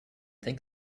think